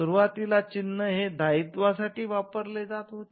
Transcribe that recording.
सुरुवातीला चिन्ह हे दायित्वा साठी वापरले जात होते